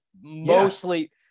Mostly